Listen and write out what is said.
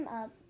up